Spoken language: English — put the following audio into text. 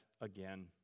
again